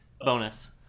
bonus